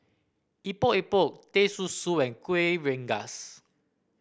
Epok Epok Teh Susu and Kuih Rengas